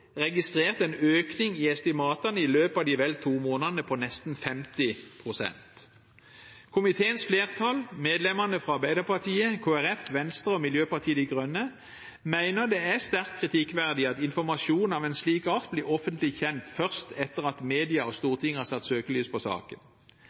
registrert en økning i estimatene i løpet av de vel to månedene på nesten 50 pst. Komiteens flertall, medlemmene fra Arbeiderpartiet, Kristelig Folkeparti, Venstre og Miljøpartiet De Grønne, mener det er sterkt kritikkverdig at informasjon av en slik art blir offentlig kjent først etter at media og Stortinget har satt søkelys på saken.